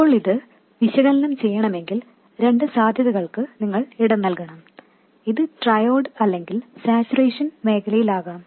ഇപ്പോൾ ഇത് വിശകലനം ചെയ്യണമെങ്കിൽ രണ്ട് സാധ്യതകൾക്ക് നിങ്ങൾ ഇടം നൽകണം ഇത് ട്രയോഡ് മേഖലയിലോ അല്ലെങ്കിൽ സാച്ചുറേഷൻ മേഖലയിലോ ആകാം